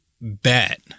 bet